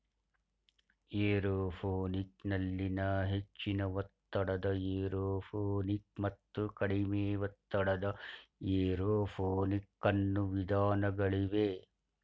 aeroponic ನಲ್ಲಿ ಹೆಚ್ಚಿನ ಒತ್ತಡದ ಏರೋಪೋನಿಕ್ ಮತ್ತು ಕಡಿಮೆ ಒತ್ತಡದ ಏರೋಪೋನಿಕ್ ಅನ್ನೂ ವಿಧಾನಗಳಿವೆ